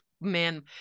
man